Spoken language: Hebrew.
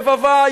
רבבה,